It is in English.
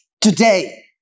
Today